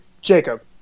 Jacob